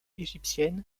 égyptiennes